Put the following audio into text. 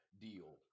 deal